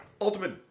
Ultimate